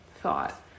thought